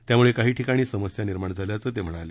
त्यामुळे काही ठिकाणी समस्या निर्माण झाल्याचं ते म्हणाले